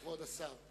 כבוד השר.